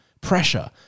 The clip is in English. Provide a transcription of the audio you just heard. pressure